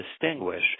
distinguish